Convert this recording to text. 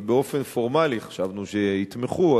אז באופן פורמלי חשבנו שיתמכו,